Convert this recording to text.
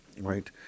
right